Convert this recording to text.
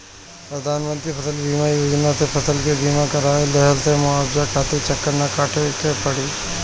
प्रधानमंत्री फसल बीमा योजना से फसल के बीमा कराए लेहला से मुआवजा खातिर चक्कर ना काटे के पड़ी